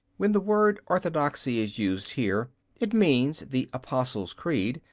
when the word orthodoxy is used here it means the apostles' creed,